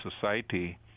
society